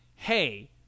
Hey